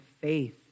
faith